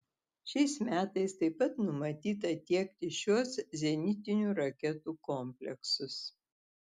šiais metais taip pat numatyta tiekti šiuos zenitinių raketų kompleksus